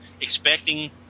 expecting